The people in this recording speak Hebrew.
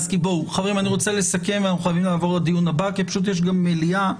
אני רוצה לסכם אנחנו חייבים לעבור לדיון הבא כי יש גם מליאה.